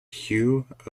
hugh